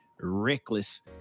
reckless